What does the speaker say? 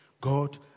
God